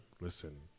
listen